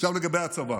עכשיו לגבי הצבא.